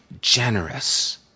generous